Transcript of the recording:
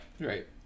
right